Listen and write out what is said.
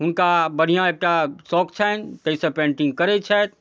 हुनका बढ़िआँ एकटा सौख छनि ताहिसँ पेन्टिङ्ग करै छथि